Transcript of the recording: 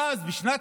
ואז בשנת